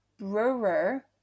Brewer